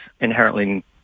inherently